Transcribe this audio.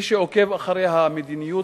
מי שעוקב אחרי המדיניות